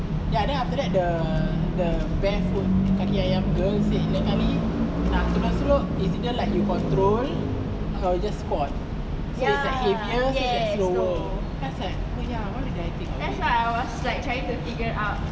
ya then after that the the barefoot kaki ayam girl said lain kali nak turun slope is either like you control or you just squat so is like heavier so is like slower oh ya why I didn't think of it